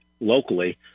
locally